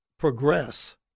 progress